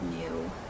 new